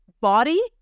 body